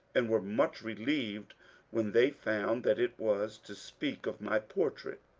and were much relieved when they found that it was to speak of my portrait.